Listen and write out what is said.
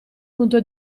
punto